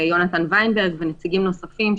ויונתן ווינברג ונציגים נוספים,